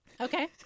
Okay